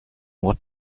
what